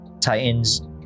Titans